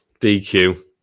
DQ